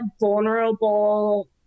vulnerable